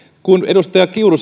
kun edustaja kiuru